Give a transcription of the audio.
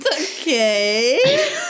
Okay